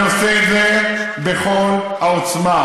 אני עושה את זה בכל העוצמה,